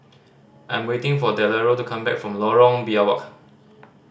I'm waiting for Delora to come back from Lorong Biawak